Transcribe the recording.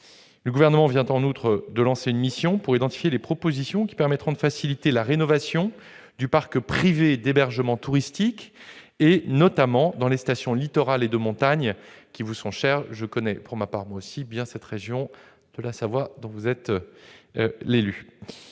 Le Gouvernement vient en outre de lancer une mission pour identifier les propositions qui permettront de faciliter la rénovation du parc privé d'hébergements touristiques, notamment dans les stations littorales et de montagne- ces dernières vous sont chères, monsieur le sénateur, et je connais bien, moi aussi, cette région de la Savoie dont vous êtes l'élu.